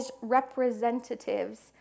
representatives